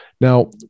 Now